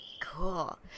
Cool